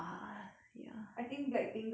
I think black pink 都可以退休了